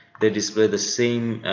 they display the same